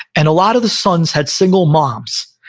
and a lot of the sons had single moms.